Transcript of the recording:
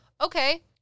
okay